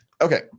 Okay